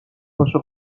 باشه